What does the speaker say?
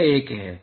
यह 1 है